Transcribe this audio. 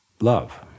love